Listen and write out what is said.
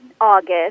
August